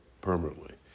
permanently